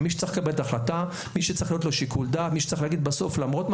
מי שצריך לקבל את ההחלטה,